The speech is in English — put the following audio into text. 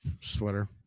sweater